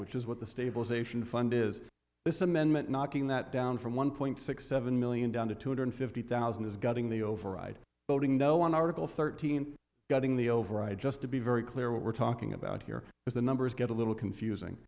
which is what the stabilization fund is this amendment knocking that down from one point six seven million down to two hundred fifty thousand is gutting the override voting no on article thirteen getting the over i just to be very clear what we're talking about here is the numbers get a little confusing